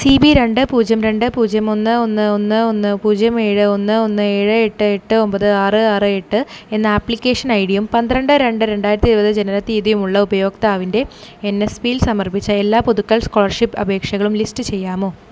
C B രണ്ട് പൂജ്യം രണ്ട് പൂജ്യം ഒന്ന് ഒന്ന് ഒന്ന് ഒന്ന് ഒന്ന് പൂജ്യം ഏഴ് ഒന്ന് ഒന്ന് ഏഴെ എട്ട് എട്ട് ഒമ്പത് ആറ് ആറ് എട്ട് എന്ന ആപ്ലിക്കേഷൻ ഐ ഡിയും പന്ത്രണ്ട് രണ്ട് രണ്ടായിരത്തി ഇരുവത് ജനനത്തീയതിയും ഉള്ള ഉപയോക്താവിൻ്റെ എൻ എസ് പിയിൽ സമർപ്പിച്ച എല്ലാ പുതുക്കൽ സ്കോളർഷിപ്പ് അപേക്ഷകളും ലിസ്റ്റ് ചെയ്യാമോ